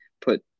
put